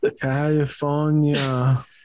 California